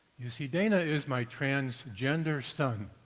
you see dana is my transgender son.